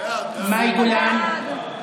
מאי גולן,